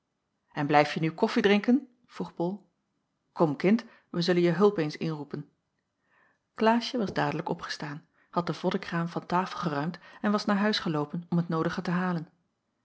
en blijfje nu koffiedrinken vroeg bol kom kind wij zullen je hulp eens inroepen klaasje was dadelijk opgestaan had den voddekraam van tafel geruimd en was naar huis geloopen om het noodige te halen